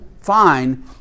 fine